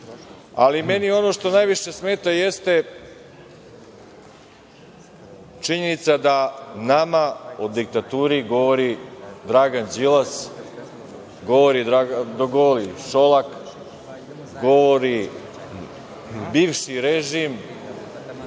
što meni najviše smeta jeste činjenica da nama o diktaturi govori Dragan Đilas, govori Šolak, govori bivši režim,